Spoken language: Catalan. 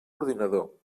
ordinador